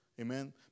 Amen